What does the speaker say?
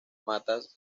matas